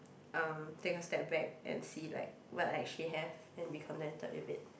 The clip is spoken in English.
erm take a step back and see like what I actually have and be contented with it